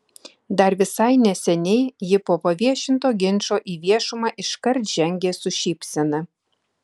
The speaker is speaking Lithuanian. dar visai neseniai ji po paviešinto ginčo į viešumą iškart žengė su šypsena